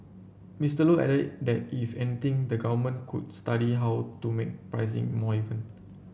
Mister Low added that if anything the government could study how to make pricing more even